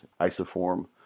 isoform